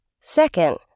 Second